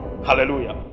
hallelujah